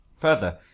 Further